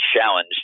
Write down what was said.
challenge